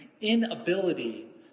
inability